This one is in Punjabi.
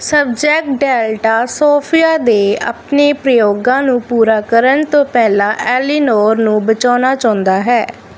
ਸਬਜੈਕਟ ਡੈਲਟਾ ਸੋਫੀਆ ਦੇ ਆਪਣੇ ਪ੍ਰਯੋਗਾਂ ਨੂੰ ਪੂਰਾ ਕਰਨ ਤੋਂ ਪਹਿਲਾਂ ਏਲੀਨੋਰ ਨੂੰ ਬਚਾਉਣਾ ਚਾਹੁੰਦਾ ਹੈ